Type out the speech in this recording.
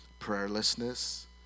prayerlessness